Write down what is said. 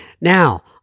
Now